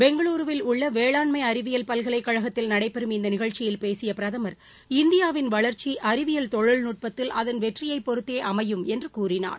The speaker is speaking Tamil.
பெங்களூருவில் உள்ள வேளாண்மை அறிவியல் பல்கலைக்கழகத்தில் நடைபெறும் இந்த நிகழ்ச்சியில் பேசிய பிரதமா் இந்தியாவின் வளா்ச்சி அறிவியல் தொழில்நுட்பத்தில் அதன் வெற்றியை பொறுத்தே அமையும் என்று கூறினார்